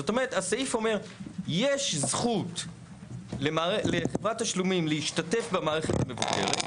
זאת אומרת הסעיף אומר יש זכות לחברת תשלומים להשתתף במערכת המבוקרת,